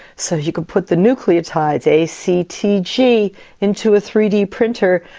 so you could put the nucleotides a, c, t, g into a three d printer.